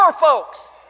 folks